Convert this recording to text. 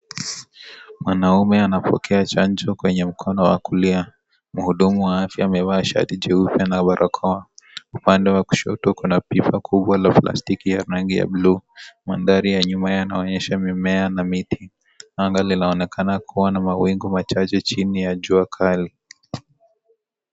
Mwanaume anapokea chanjo kwenye mkono wa kulia. Mhudumu wa afya amevaa shati jeupe na barakoa. Upande wa kushoto kuna pipa kubwa la plastiki ya rangi ya bluu. Mandhari ya nyuma yanayoonyesha mimea na miti. Anga linaonekana kuwa na mawingu machache chini ya jua kali.